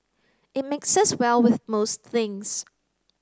it mixes well with most things